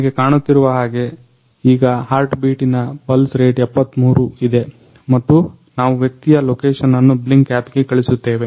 ನಿಮಗೆ ಕಾಣುತ್ತಿರುವ ಹಾಗೆ ಈಗ ಹಾರ್ಟ್ಬೀಟಿನ ಪಲ್ಸ್ ರೇಟ್ 73 ಇದೆ ಮತ್ತು ನಾವು ವ್ಯಕ್ತಿಯ ಲೊಕೆಷನ್ ಅನ್ನು Blynk ಆಪ್ಗೆ ಕಳಿಸುತ್ತೇವೆ